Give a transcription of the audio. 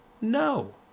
No